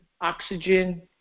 oxygen